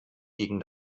gegen